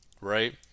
right